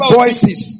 voices